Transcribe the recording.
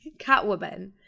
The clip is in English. Catwoman